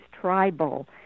tribal